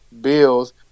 Bills